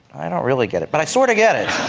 i don't really get it but i sort of get it.